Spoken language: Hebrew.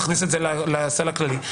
תכניס את זה לסל הכללי.